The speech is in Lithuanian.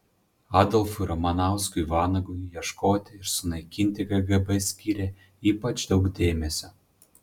adolfui ramanauskui vanagui ieškoti ir sunaikinti kgb skyrė ypač daug dėmesio